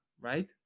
right